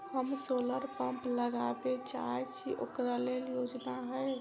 हम solar pump लगाबै चाहय छी ओकरा लेल योजना हय?